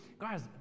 guys